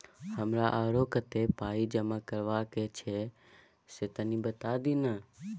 हमरा आरो कत्ते पाई जमा करबा के छै से तनी बता दिय न?